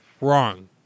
Wrong